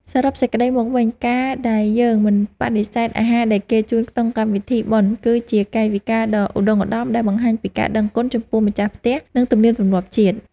សរុបសេចក្តីមកវិញ ការដែលយើងមិនបដិសេធអាហារដែលគេជូនក្នុងកម្មវិធីបុណ្យ គឺជាកាយវិការដ៏ឧត្តុង្គឧត្តមដែលបង្ហាញពីការដឹងគុណចំពោះម្ចាស់ផ្ទះនិងទំនៀមទម្លាប់ជាតិ។